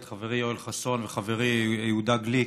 את חברי יואל חסון וחברי יהודה גליק,